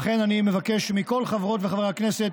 לכן אני מבקש מכל חברות וחברי הכנסת